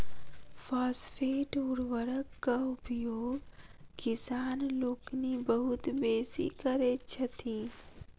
phosphate उर्वरकक उपयोग किसान लोकनि बहुत बेसी करैत छथि